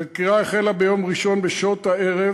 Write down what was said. החקירה החלה ביום ראשון בשעות הערב.